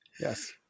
Yes